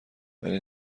ولی